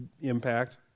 impact